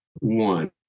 One